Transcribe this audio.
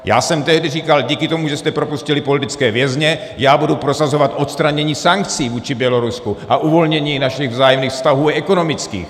Já jsem tehdy říkal: Díky tomu, že jste propustili politické vězně, já budu prosazovat odstranění sankcí vůči Bělorusku a uvolnění našich vzájemných vztahů ekonomických.